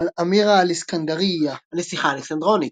الأميرة الاسكندرانية - הנסיכה האלכסנדרונית"